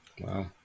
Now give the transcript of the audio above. Wow